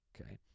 Okay